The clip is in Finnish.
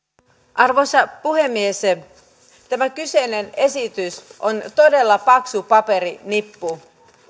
arvoisa puhemies tämä kyseinen esitys on todella paksu paperinippu